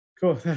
Cool